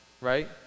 right